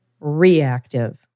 reactive